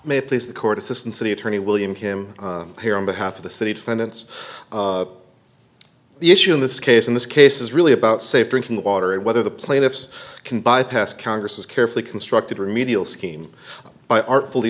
may please the court assistant city attorney william him here on behalf of the city defendants the issue in this case in this case is really about safe drinking water and whether the plaintiffs can bypass congress carefully constructed remedial scheme by artfully